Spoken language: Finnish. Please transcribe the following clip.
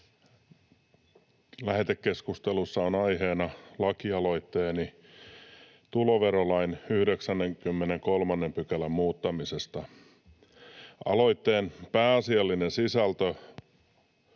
Lähetekeskustelussa on aiheena lakialoitteeni tuloverolain 93 §:n muuttamisesta. Aloitteen pääasiallinen sisältö